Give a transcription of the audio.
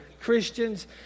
Christians